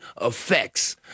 effects